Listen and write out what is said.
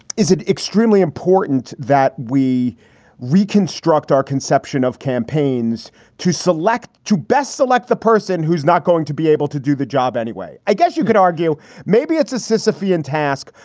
is it extremely important that we reconstruct our conception of campaigns to select to best select the person who's not going to be able to do the job anyway? i guess you could argue maybe it's a specific and task,